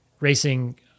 racing